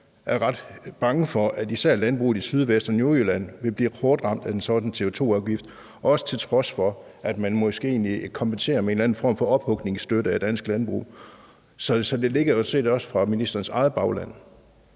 er ret bange for, at især landbruget i Syd-, Vest- og Nordjylland vil blive hårdt ramt af en sådan CO2-afgift, også til trods for at man måske vil kompensere med en eller anden form for ophugningsstøtte til dansk landbrug. Så det kommer jo sådan set også fra ministerens eget bagland.